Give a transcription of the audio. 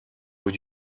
haut